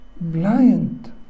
blind